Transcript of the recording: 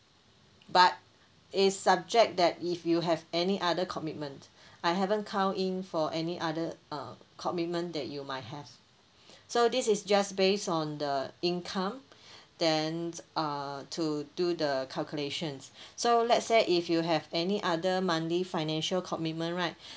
but it's subject that if you have any other commitment I haven't count in for any other uh commitment that you might have so this is just based on the income then uh to do the calculations so let's say if you have any other monthly financial commitment right